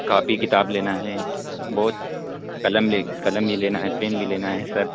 copy کتاب لینا ہیں بہت قلم قلم بھی لینا ہے پین بھی لینا ہے سر